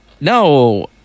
No